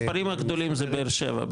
מספרים הגדולים זה באר שבע,